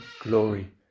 glory